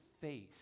face